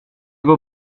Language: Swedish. går